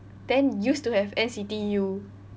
then used to have N_C_T U